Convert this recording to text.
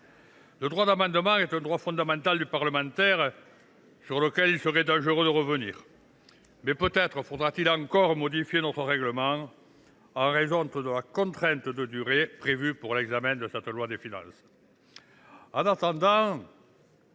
Le droit d’amendement est un droit fondamental du parlementaire, sur lequel il serait dangereux de revenir. Mais peut être faudra t il encore modifier notre règlement étant donné la contrainte de durée qui encadre l’examen de la loi de finances.